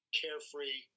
carefree